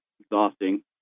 exhausting